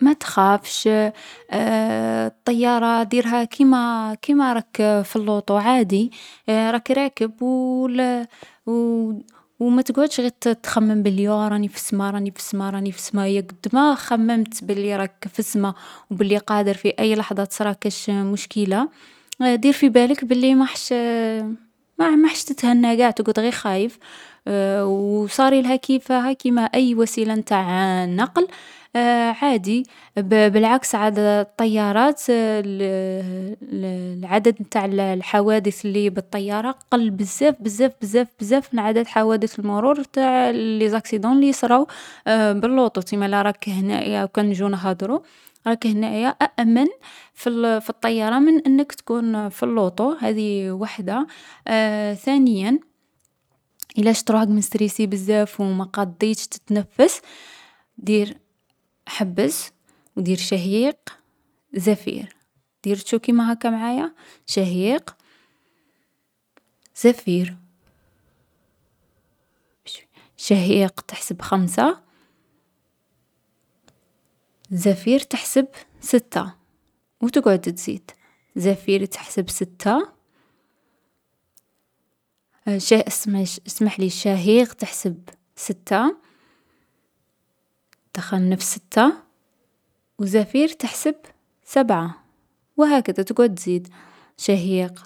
ما لازمش تخاف من الطيارة. الطيارة أأمن حاجة في وسائل النقل، هي خير من اللوطو و لا الكار. ريح روحك و تنفس مليح. دير شهيق زفير. دير شهيق و احبس النفس تاعك ثلث ثواني و دير زفير. و لا نقولك، اشغل تفكيرك بحاجة تبغيها، كاش حاجة راك تخطط باغي ديرها، خمم فيها كيفاش ديرها، واش خصك باش ديرها، شحال من وقت راح تشدلك، كيماهاك. اذا قعدت غي تخمم في الطيارة و بلي راك في السما ثما وين تخاف و تزيد تتقلق.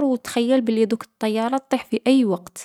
اشغل روحك خير.